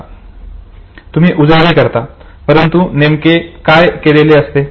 तुम्ही उजळणी करता परंतु तुम्ही नेमकं काय केलेले असते